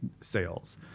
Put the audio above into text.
sales